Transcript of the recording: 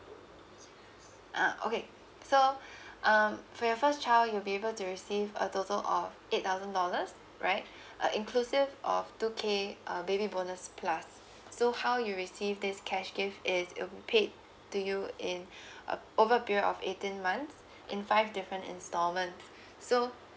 uh okay so um for your first child you'll be able to receive a total of eight thousand dollars right uh inclusive of two k uh baby bonus plus so how you receive this cash gift is it'll be paid to you in uh over a period of eighteen months in five different installments so